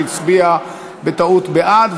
שהצביע בטעות בעד,